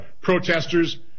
protesters